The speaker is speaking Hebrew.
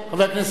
חבר הכנסת מולה.